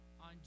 on